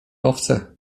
owce